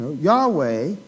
Yahweh